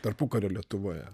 tarpukario lietuvoje